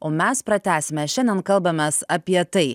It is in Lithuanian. o mes pratęsime šiandien kalbamės apie tai